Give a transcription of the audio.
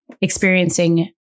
experiencing